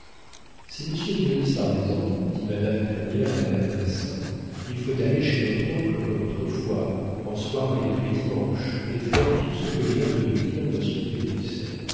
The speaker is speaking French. si monsieur dionis a raison dit madame crémière à madame massin il faut aller chez notre oncle comme autrefois en soirée tous les dimanches et faire tout ce que vient de nous dire